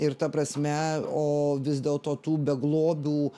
ir ta prasme o vis dėlto tų beglobių